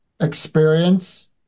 experience